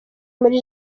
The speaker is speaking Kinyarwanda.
muri